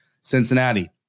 Cincinnati